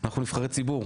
אנחנו נבחרי ציבור,